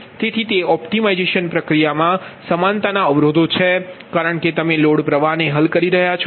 તેથી તે ઓપ્ટિમાઇઝેશન પ્રક્રિયામાં સમાનતાના અવરોધો છે કારણ કે તમે લોડ પ્રવાહને હલ કરી રહ્યાં છો